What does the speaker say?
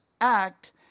act